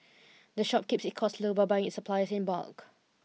the shop keeps its costs low by buying its supplies in bulk